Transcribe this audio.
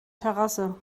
terrasse